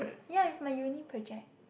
ya it's my uni project